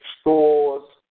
stores